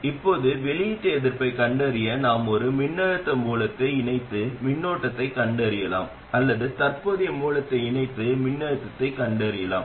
இப்போது வெளியீட்டு எதிர்ப்பைக் கண்டறிய நாம் ஒரு மின்னழுத்த மூலத்தை இணைத்து மின்னோட்டத்தைக் கண்டறியலாம் அல்லது தற்போதைய மூலத்தை இணைத்து மின்னழுத்தத்தைக் கண்டறியலாம்